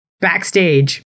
Backstage